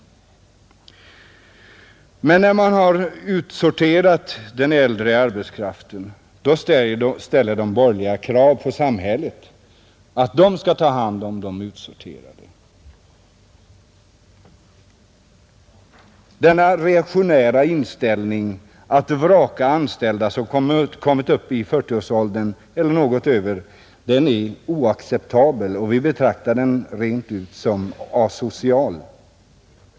Men när man har utsorterat den äldre arbetskraften ställer de borgerliga krav på att samhället skall ta hand om de arbetslösa. Denna reaktionära inställning som innebär att man vrakar anställda som kommit upp i 40-årsåldern eller något däröver är oacceptabel, och vi betraktar den rent ut som asocial.